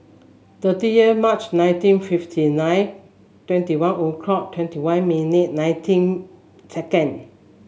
thirtieth March nineteen fifty nine twenty one o'clock twenty one minute nineteen second